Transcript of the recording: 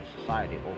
society